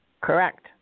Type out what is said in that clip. Correct